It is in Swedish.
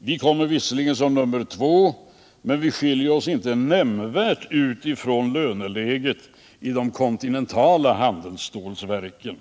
Sverige kommer visserligen som nr 2 men skiljer sig inte nämnvärt ut från löneläget i de kontinentala handelsstålverken.